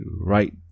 right